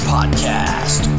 Podcast